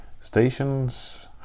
stations